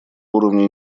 уровне